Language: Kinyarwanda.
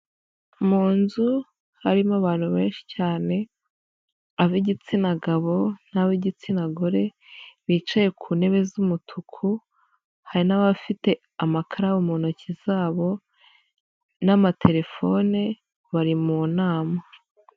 Mu nzu harimo abantu benshi cyane ab'igitsina gabo n'ab'igitsina gore bicaye ku ntebe z'umutuku, hari n'abafite amakaramu mu ntoki zabo n'amatelefone bari mu nama.